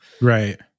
right